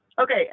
Okay